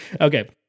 Okay